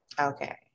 Okay